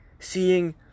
seeing